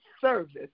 service